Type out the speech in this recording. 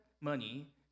money